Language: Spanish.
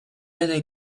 del